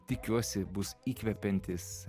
tikiuosi bus įkvepiantis